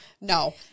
no